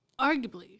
arguably